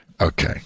okay